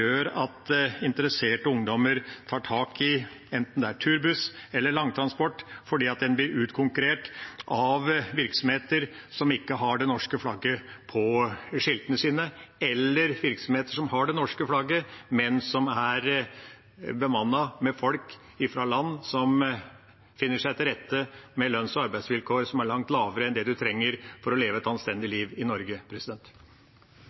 at interesserte ungdommer tar tak i turbuss eller langtransport, fordi en blir utkonkurrert av virksomheter som ikke har det norske flagget på skiltene sine, eller virksomheter som har det norske flagget, men som er bemannet med folk fra land som finner seg til rette med lønns- og arbeidsvilkår som er langt lavere enn det en trenger for å leve et anstendig